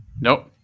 Nope